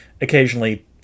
occasionally